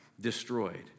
destroyed